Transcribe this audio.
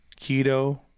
keto